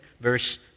verse